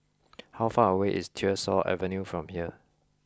how far away is Tyersall Avenue from here